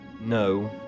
No